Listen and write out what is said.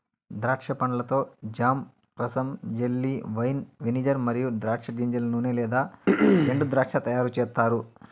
ద్రాక్ష పండ్లతో జామ్, రసం, జెల్లీ, వైన్, వెనిగర్ మరియు ద్రాక్ష గింజల నూనె లేదా ఎండుద్రాక్ష తయారుచేస్తారు